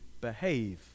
behave